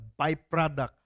byproduct